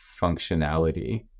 functionality